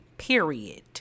Period